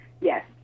Yes